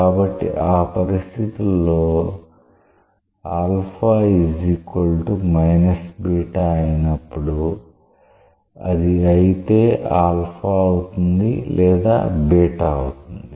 కాబట్టి ఆ పరిస్థితుల్లో అయినప్పుడు అది అయితే అవుతుంది లేదా అవుతుంది